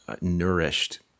nourished